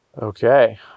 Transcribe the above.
Okay